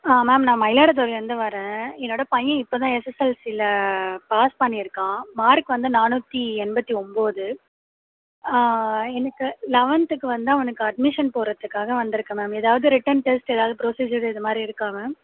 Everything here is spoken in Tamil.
ஆ மேம் நான் மயிலாடுதுரைலந்து வரேன் என்னோட பையன் இப்போ தான் எஸ்எஸ்எல்சியில் பாஸ் பண்ணியிருக்கான் மார்க் வந்து நானூற்றி எண்பத்து ஒம்பது எனக்கு லவென்த்துக்கு வந்து அவனுக்கு அட்மிஷன் போடுகிறத்துக்காக வந்துருக்கேன் மேம் எதாவது ரிட்டன் டெஸ்ட் எதாவது ப்ரொசீஜர் இதை மாதிரி இருக்கா மேம்